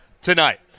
tonight